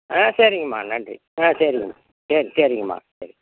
ஆ சரிங்கம்மா நன்றி ஆ சரிங்கம்மா சரி சரிங்கம்மா சரி